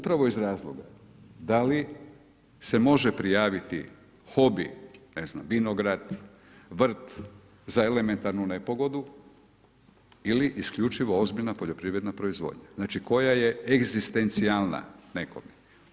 Upravo iz razloga da i se može prijaviti hobi, ne znam, vinograd, vrt, za elementarnu nepogodu ili isključivo ozbiljna poljoprivredna proizvodnja znači koja je egzistencijalna nekome.